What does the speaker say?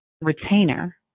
retainer